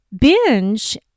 binge